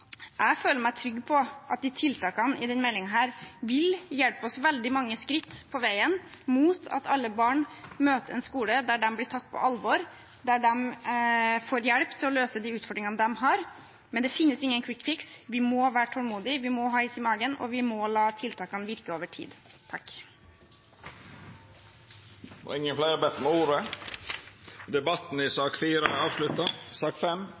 Jeg føler meg trygg på at tiltakene i denne meldingen vil hjelpe oss veldig mange skritt på veien mot at alle barn møter en skole der de blir tatt på alvor, der de får hjelp til å løse de utfordringene de har. Men det finnes ingen kvikkfiks. Vi må være tålmodige, vi må ha is i magen, og vi må la tiltakene virke over tid. Fleire har ikkje bedt om ordet til sak nr. 4. Etter ynske frå utdannings- og forskingskomiteen vil presidenten ordna debatten